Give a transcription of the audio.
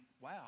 wow